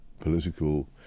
political